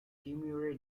kimura